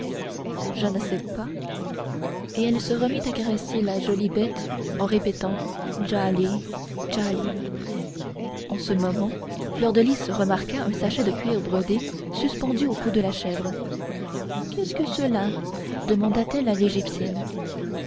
je ne sais et elle se remit à caresser la jolie bête en répétant djali djali en ce moment fleur de lys remarqua un sachet de cuir brodé suspendu au cou de la chèvre qu'est-ce que cela demanda-t-elle à l'égyptienne